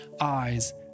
eyes